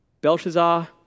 Belshazzar